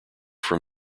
from